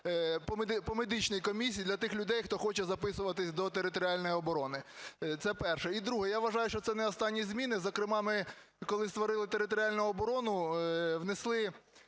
по медичній комісії, для тих людей, хто хоче записуватись до територіальної оборони. Це перше. І друге. Я вважаю, що це не останні зміни. Зокрема ми, коли створили територіальну оборону, внесли